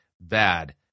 bad